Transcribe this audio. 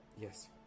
Yes